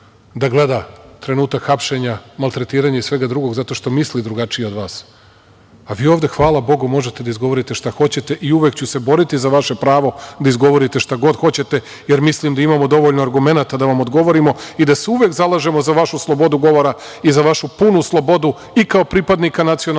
da gleda trenutak hapšenja, maltretiranja i svega drugog zato što misli drugačije od vas. Vi ovde, hvala Bogu, možete da izgovorite šta hoćete i uvek ću se boriti za vaše pravo da izgovorite šta god hoćete, jer mislim da imamo dovoljno argumenata da vam odgovorimo i da se uvek zalažemo za vašu slobodu govora i za vašu punu slobodu, i kao pripadnika nacionalne